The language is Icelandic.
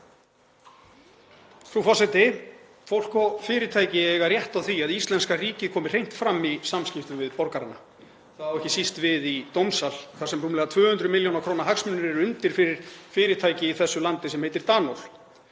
Frú forseti. Fólk og fyrirtæki eiga rétt á því að íslenska ríkið komi hreint fram í samskiptum við borgarana. Það á ekki síst við í dómsal þar sem rúmlega 200 millj. kr. hagsmunir eru undir fyrir fyrirtæki í þessu landi sem heitir Danól.